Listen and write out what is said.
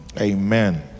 amen